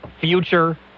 future